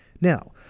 Now